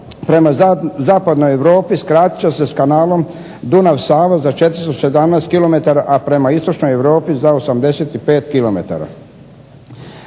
prema zapadnoj Europi skratit će se s Kanalom Dunav-Sava za 417 km, a prema istočnoj Europi za 85 km.